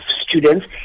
students